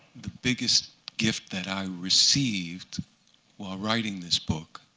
the biggest gift that i received while writing this book